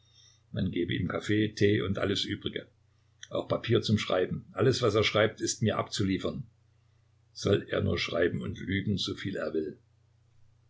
man gebe ihm kaffee tee und alles übrige auch papier zum schreiben alles was er schreibt ist mir abzuliefern soll er nur schreiben und lügen soviel er will